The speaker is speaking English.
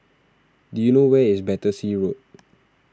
do you know where is Battersea Road